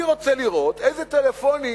אני רוצה לראות איזה טלפונים